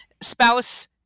spouse